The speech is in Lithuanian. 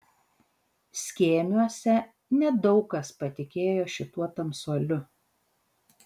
skėmiuose nedaug kas patikėjo šituo tamsuoliu